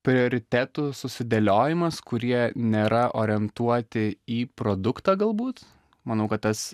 prioritetų susidėliojimas kurie nėra orientuoti į produktą galbūt manau kad tas